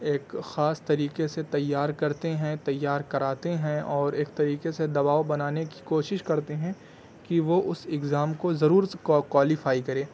ایک خاص طریقے سے تیار کرتے ہیں تیار کراتے ہیں اور ایک طریقے سے دباؤ بنانے کی کوشش کرتے ہیں کہ وہ اس ایگزام کو ضرورس کوالیفائی کرے